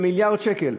מיליארד שקל,